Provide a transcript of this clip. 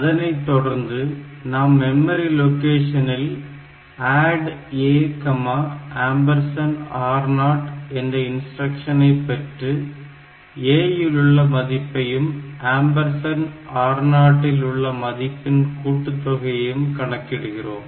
அதனைத்தொடர்ந்து நாம் மெமரி லொகேஷனில் ADD A R0 என்ற இன்ஸ்டிரக்ஷனை பெற்று A இலுள்ள மதிப்பையும் R0 இல் உள்ள மதிப்பின் கூட்டுத் தொகையை கணிக்கிறோம்